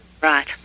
Right